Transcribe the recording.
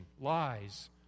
lies